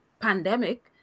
pandemic